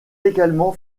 également